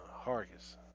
Hargis